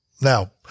Now